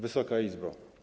Wysoka Izbo!